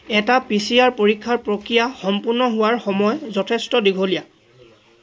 এটা P C R পৰীক্ষাৰ প্ৰক্ৰিয়া সম্পূৰ্ণ হোৱাৰ সময় যথেষ্ট দীঘলীয়া